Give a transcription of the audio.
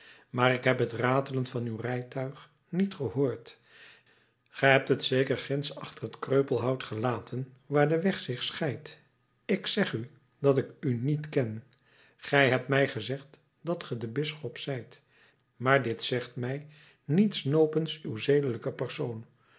maar ik heb het ratelen van uw rijtuig niet gehoord ge hebt het zeker ginds achter het kreupelhout gelaten waar de weg zich scheidt ik zeg u dat ik u niet ken gij hebt mij gezegd dat ge de bisschop zijt maar dit zegt mij niets nopens uw zedelijken persoon